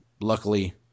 Luckily